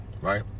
Right